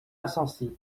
asensi